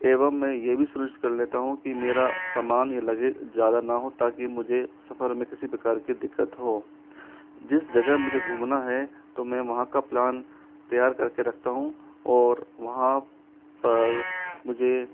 एवं मैं यह भी सुनिश्चित कर लेता हूँ कि मेरा सामान या लगेज ज़्यादा न हो ताकि मुझे सफ़र में किसी प्रकार की दिक्कत हो जिस जगह मुझे घूमना है तो मैं वहाँ का प्लान तैयार करके रखता हूँ और वहाँ पर मुझे